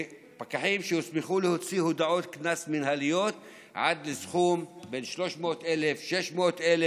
פקחים הוסמכו להוציא הודעות קנס מינהליות בסכום שבין 300,000 ל-600,000